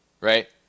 right